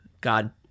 God